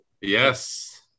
Yes